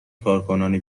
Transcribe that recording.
کارکنان